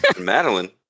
Madeline